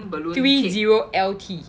three zero L_T